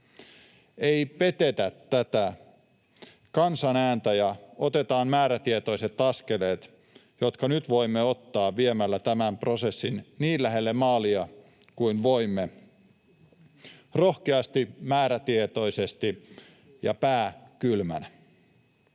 Ei petetä tätä kansan ääntä ja otetaan määrätietoiset askeleet — jotka nyt voimme ottaa viemällä tämän prosessin niin lähelle maalia kuin voimme — rohkeasti, määrätietoisesti ja pää kylmänä.